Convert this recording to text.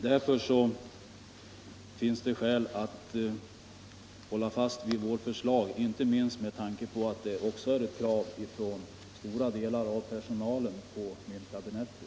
Därför finns det skäl att hålla fast vid vårt förslag, inte minst med tanke på att det också är ett krav från stora delar av personalen på myntkabinettet.